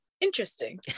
interesting